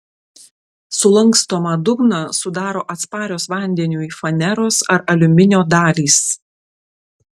sulankstomą dugną sudaro atsparios vandeniui faneros ar aliuminio dalys